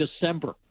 December